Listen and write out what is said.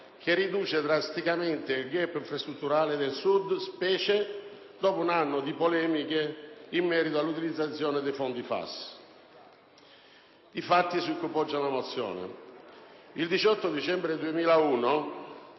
che riduce drasticamente il *gap* infrastrutturale del Sud, specie dopo un anno di polemiche in merito all'utilizzazione dei fondi FAS. Quali sono i fatti su cui poggia la mozione? Il 18 dicembre 2001